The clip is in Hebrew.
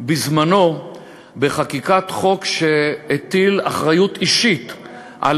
בזמנו בחקיקת חוק שהטיל אחריות אישית על